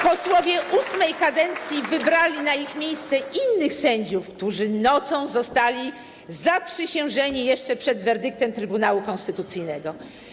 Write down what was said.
Posłowie VIII kadencji wybrali na ich miejsce innych sędziów, którzy nocą zostali zaprzysiężeni jeszcze przed werdyktem Trybunału Konstytucyjnego.